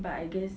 but I guess